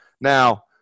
now